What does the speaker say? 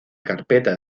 carpeta